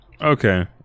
Okay